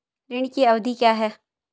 ऋण की अवधि क्या है?